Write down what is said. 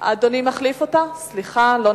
לא היו